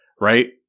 right